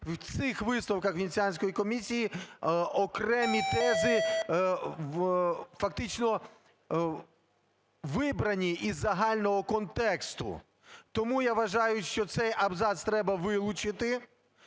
у цих висновках Венеціанської комісії окремі тези фактично вибрані із загального контексту. Тому я вважаю, що цей абзац треба вилучити.